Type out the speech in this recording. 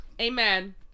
Amen